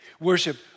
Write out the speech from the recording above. Worship